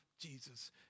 Jesus